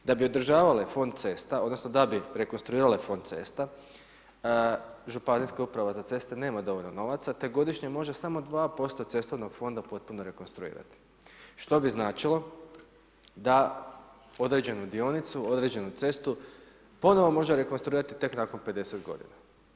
Da bi održavale Fond cesta odnosno da bi rekonstruirale Fond cesta, ŽUC nema dovoljno novaca, te godišnje može samo 2% cestovnog fonda potpuno rekonstruirati, što bi značilo da određenu dionicu, određenu cestu, ponovo može rekonstruirati tek nakon 50 godina.